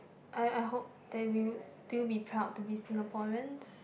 I I hope that we'll still be proud to be Singaporeans